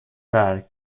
برگ